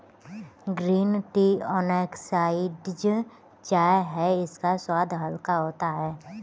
green tea unoxidised चाय है इसका स्वाद हल्का होता है